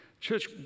Church